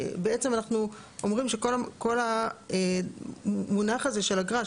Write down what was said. בעצם אנחנו אומרים שכל המונח הזה של אגרה,